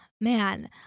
Man